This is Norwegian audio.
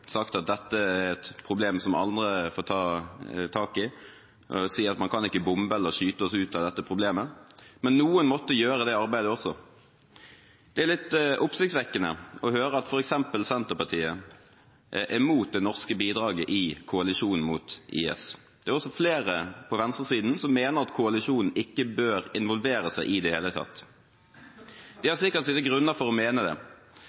sagt at dette er et problem som andre får ta tak i, man kan ikke bombe eller skyte seg ut av dette problemet, men noen måtte gjøre det arbeidet også. Det er litt oppsiktsvekkende å høre at f.eks. Senterpartiet er mot det norske bidraget i koalisjonen mot IS. Det er også flere på venstresiden som mener at koalisjonen ikke bør involvere seg i det hele tatt. De har sikkert sine grunner for å mene det,